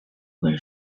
when